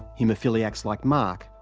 haemophiliacs like mark,